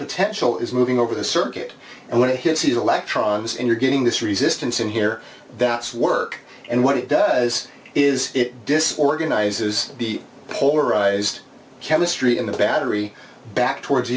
potential is moving over the circuit and when it hits you the electrons in your getting this resistance in here that's work and what it does is it disorganize is the polarized chemistry in the battery back towards